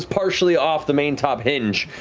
partially off the main top hinge.